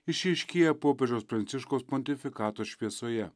išryškėja popiežiaus pranciškaus pontifikato šviesoje